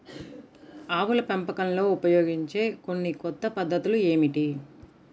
ఆవుల పెంపకంలో ఉపయోగించే కొన్ని కొత్త పద్ధతులు ఏమిటీ?